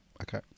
okay